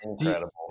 Incredible